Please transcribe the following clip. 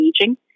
aging